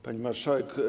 Pani Marszałek!